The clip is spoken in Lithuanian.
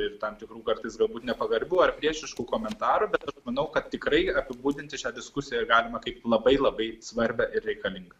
ir tam tikrų kartais galbūt nepagarbų ar priešiškų komentarų bet aš manau kad tikrai apibūdinti šią diskusiją galima kaip labai labai svarbią ir reikalingą